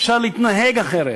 אפשר להתנהג אחרת.